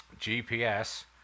GPS